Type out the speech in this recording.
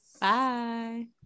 Bye